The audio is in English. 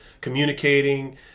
communicating